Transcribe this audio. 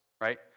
right